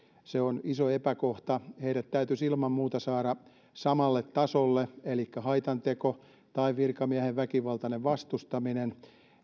se on iso epäkohta heidät täytyisi ilman muuta saada samalle tasolle haitanteko tai virkamiehen väkivaltainen vastustaminen